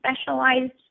specialized